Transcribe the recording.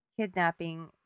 Kidnapping